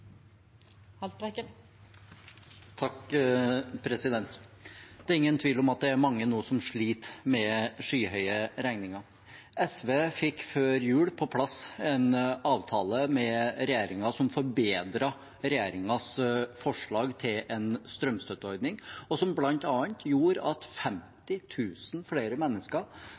ingen tvil om at det nå er mange som sliter med skyhøye regninger. SV fikk før jul på plass en avtale med regjeringen som forbedret regjeringens forslag til en strømstøtteordning, og som bl.a. gjorde at 50 000 flere mennesker